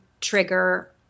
trigger